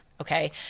Okay